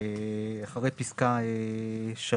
אחרי פסקה 3,